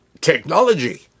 technology